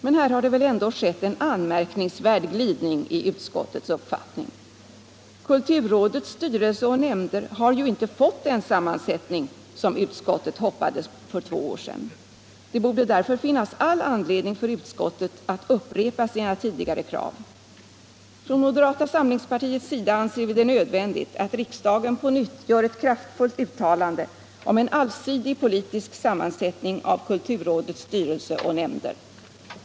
Men här har det väl ändå skett en anmärkningsvärd glidning i utskottets uppfattning. Kulturrådets styrelse och nämnder har ju inte fått den sammansättning som utskottet hoppades för två år sedan. Det borde därför finnas all anledning för utskottet att upprepa sina tidigare krav. Från moderata samlingspartiets sida anser vi det nödvändigt att riksdagen på nytt gör ett kraftfullt uttalande om en allsidig politisk sammansättning av kulturrådets styrelse och nämnder.